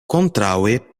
kontraŭe